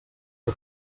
que